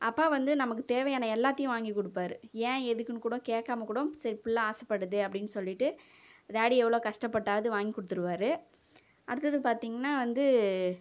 அப்பா வந்து நமக்குத் தேவையான எல்லோத்தையும் வாங்கி கொடுப்பாரு ஏன் எதுக்குன்னு கூடக் கேக்காமல் கூட சரி புள்ளை ஆசைப்படுது கேட்குது அப்படின்னு சொல்லிவிட்டு டாடி எவ்வளோ கஷ்டப்பட்டாவது வாங்கி கொடுத்துருவாரு அடுத்தது பார்த்திங்கனா வந்து